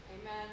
Amen